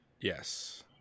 Yes